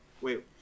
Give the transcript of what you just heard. Wait